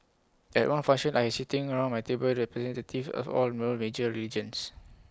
at one function I had sitting around my table representatives of all the world's major religions